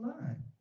line